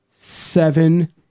Seven